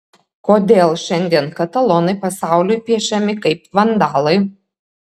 kodėl šiandien katalonai pasauliui piešiami kaip vandalai